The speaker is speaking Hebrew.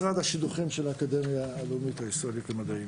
זה משרד השידוכים של האקדמיה הלאומית הישראלית למדעים,